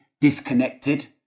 disconnected